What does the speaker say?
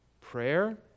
prayer